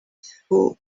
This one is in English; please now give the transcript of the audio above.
for